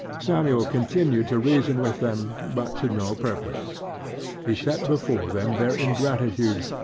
samuel continued to reason with them, but to no purpose he set before them their ingratitude,